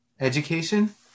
education